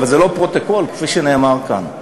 אבל זה לא פרוטוקול כפי שנעשה כאן,